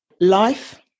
Life